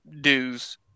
dues